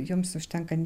joms užtenka